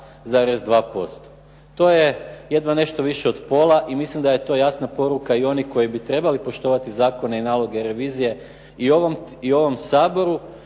52, 2%. To je jedno nešto više od pola i mislim da je to jasna poruka i onih koji bi trebali poštovati zakone i naloge revizije i u ovom Saboru